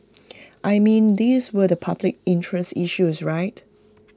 I mean these were the public interest issues right